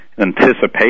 anticipation